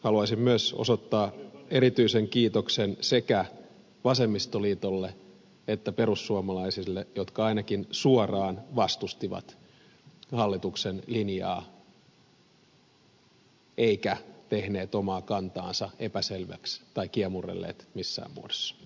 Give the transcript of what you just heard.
haluaisin myös osoittaa erityisen kiitoksen sekä vasemmistoliitolle että perussuomalaisille jotka ainakin suoraan vastustivat hallituksen linjaa eivätkä tehneet omaa kantaansa epäselväksi tai kiemurrelleet missään muodossa